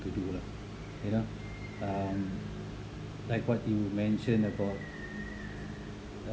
to do lah you know um like what you mentioned about